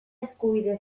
eskubide